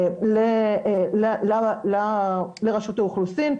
לרשות האוכלוסין,